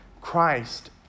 Christ